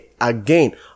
again